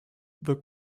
the